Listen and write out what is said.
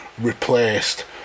replaced